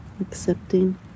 accepting